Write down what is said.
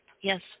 Yes